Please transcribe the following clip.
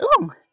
long